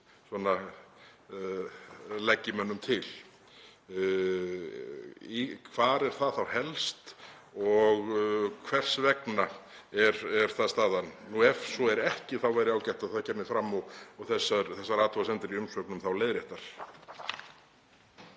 leggi mönnum til. Hvar er það þá helst og hvers vegna er það staðan? Ef svo er ekki þá væri ágætt að það kæmi fram og þessar athugasemdir í umsögnum þá leiðréttar.